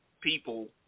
people